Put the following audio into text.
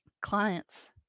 clients